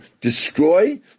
destroy